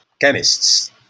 chemists